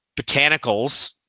botanicals